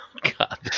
god